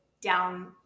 down